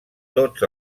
tots